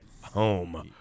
home